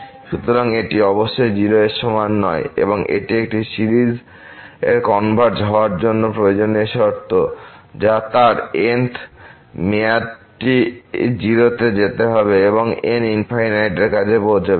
সুতরাং এটি অবশ্যই 0 এর সমান নয় এবং এটি একটি সিরিজের কনভারজ হওয়ার জন্য প্রয়োজনীয় শর্ত যা তার nth মেয়াদটি 0 তে যেতে হবে যখন n ∞ এর কাছে পৌঁছাবে